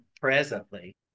presently